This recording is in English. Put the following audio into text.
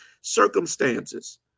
circumstances